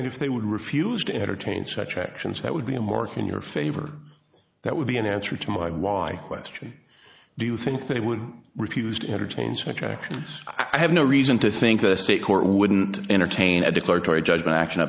and if they would refuse to entertain such actions that would be a mark in your favor that would be an answer to my why question do you think they would refuse to entertain such actions i have no reason to think that a state court wouldn't entertain a declaratory judgment action